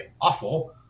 awful